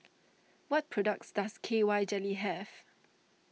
what products does K Y Jelly have